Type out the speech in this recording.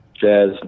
jazz